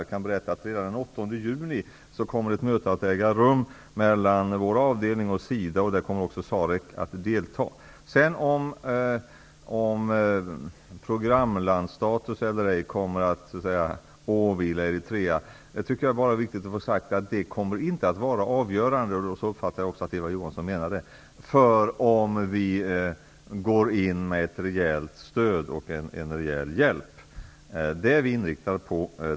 Jag kan berätta att ett möte redan den 8 juni kommer att äga rum mellan vår avdelning och SIDA. Också SAREC kommer att delta. Det är viktigt att få sagt att frågan huruvida Eritrea kommer att få programlandsstatus eller ej inte kommer att vara avgörande för om vi går in med ett rejält stöd och en rejäl hjälp. Jag uppfattade det som att också Eva Johansson menade så. Vi är inriktade på att ge detta stöd.